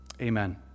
Amen